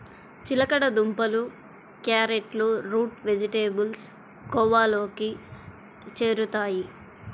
చిలకడ దుంపలు, క్యారెట్లు రూట్ వెజిటేబుల్స్ కోవలోకి చేరుతాయి